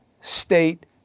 state